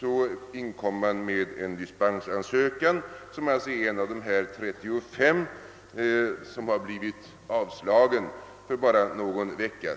har församlingen sedan inkommit med en dispensansökan; det är således en av de 35 ansökningar som har avslagits för bara någon vecka sedan.